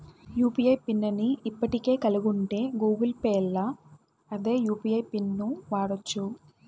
UPI PIN ని ఇప్పటికే కలిగుంటే గూగుల్ పేల్ల అదే యూ.పి.ఐ పిన్ను వాడచ్చు